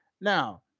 Now